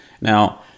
Now